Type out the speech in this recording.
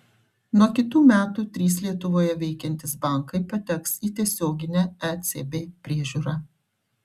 nuo kitų metų trys lietuvoje veikiantys bankai pateks į tiesioginę ecb priežiūrą